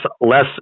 less